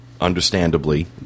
understandably